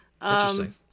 Interesting